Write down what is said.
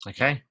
Okay